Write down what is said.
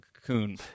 cocoon